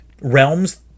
realms